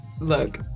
look